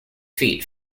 feet